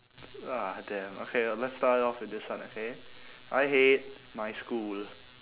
ah damn okay let's start off with this one okay I hate my school